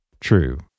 true